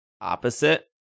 Opposite